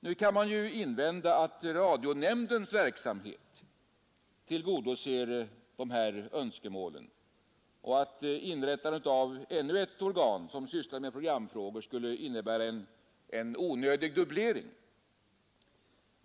Det kan visserligen invändas, att radionämndens verksamhet tillgodoser de här önskemålen och att inrättandet av ännu ett organ som sysslar med programfrågor skulle innebära en onödig dubblering.